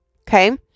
Okay